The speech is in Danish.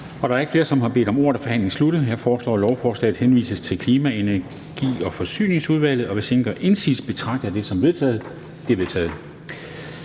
Da der ikke er flere, som har bedt om ordet, er forhandlingen sluttet. Jeg foreslår, at lovforslaget henvises til Klima-, Energi- og Forsyningsudvalget. Og hvis ingen gør indsigelse, betragter jeg det som vedtaget. Det er vedtaget.